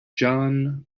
john